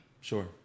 Sure